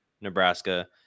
Nebraska